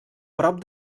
prop